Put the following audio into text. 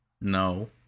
No